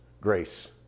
grace